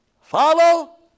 follow